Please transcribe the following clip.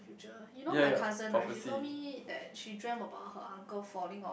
future you know my cousin right she told me that she dream about her uncle falling or